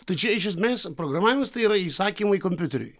tai čia iš esmės programavimas tai yra įsakymai kompiuteriui